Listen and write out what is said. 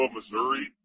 Missouri